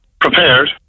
prepared